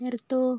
നിർത്തൂ